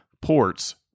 ports